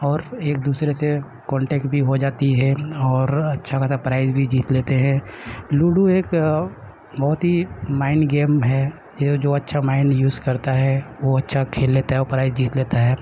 اور ایک دوسرے سے کانٹیکٹ بھی ہو جاتی ہے اور اچھا خاصا پرائز بھی جیت لیتے ہیں لوڈو ایک بہت ہی مائنڈ گیم ہے یہ جو اچھا مائنڈ یوز کرتا ہے وہ اچھا کھیل لیتا ہے اور پرائز جیت لیتا ہے